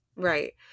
Right